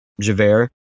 Javert